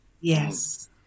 Yes